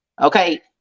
okay